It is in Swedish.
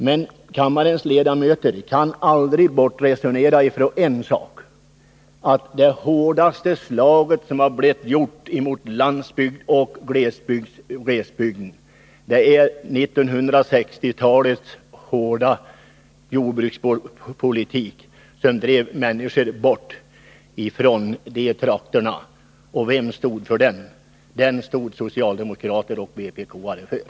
Men kammarens ledamöter kan aldrig bortresonera att det hårdaste slaget mot landsbygden och glesbygden var 1960-talets hårda jordbrukspolitik, som drev människorna bort ifrån dessa trakter. Och vilka stod för den? Jo, den stod socialdemokrater och vpk-are för.